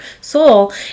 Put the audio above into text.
soul